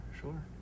sure